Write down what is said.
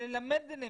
ללמד מרחוק,